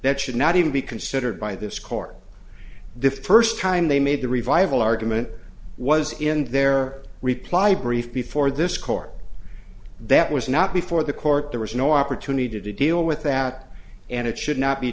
that should not even be considered by this court the first time they made the revival argument was in their reply brief before this court that was not before the court there was no opportunity to deal with that and it should not be